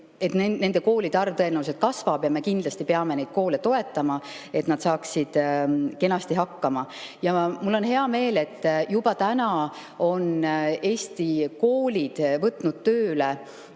Nende koolide arv tõenäoliselt kasvab ja me kindlasti peame neid koole toetama, et nad saaksid kenasti hakkama. Mul on hea meel, et juba täna on Eesti koolid võtnud tööle